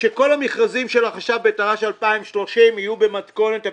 שכל המכרזים של החשב הכללי בתר"ש 2030 יהיו במתכונת ה-PPP.